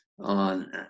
on